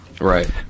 right